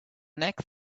next